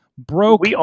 broke